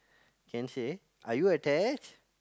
can say are you attached